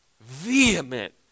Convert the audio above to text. vehement